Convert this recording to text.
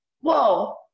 whoa